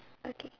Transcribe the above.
okay